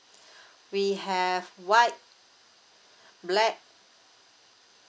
we have white black